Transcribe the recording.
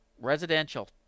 residential